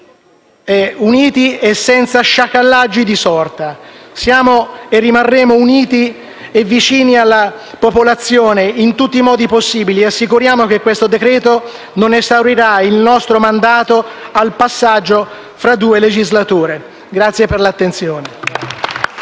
essere uniti e senza sciacallaggi di sorta. Siamo e rimarremo uniti e vicini alla popolazione in tutti i modi possibili, e assicuriamo che questo decreto-legge non esaurirà il nostro mandato al passaggio fra due legislature. Vi ringrazio per l'attenzione.